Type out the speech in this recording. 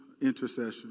Intercession